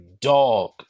dog